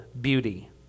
beauty